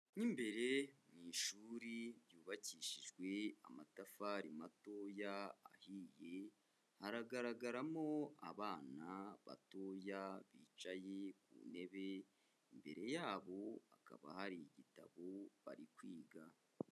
Mo imbere mu ishuri ryubakishijwe amatafari matoya ahiye, haragaragaramo abana batoya bicaye ku ntebe, imbere ya bo hakaba hari igitabo bari kwiga.